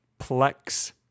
Plex